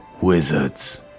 Wizards